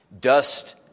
Dust